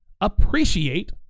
Appreciate